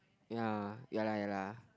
ya ya lah ya lah